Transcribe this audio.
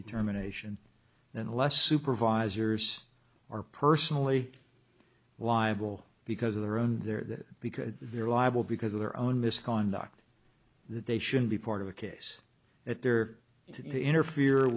determination unless supervisors are personally liable because of their own there because they're liable because of their own misconduct that they shouldn't be part of a case if they are to interfere